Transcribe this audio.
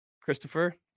Christopher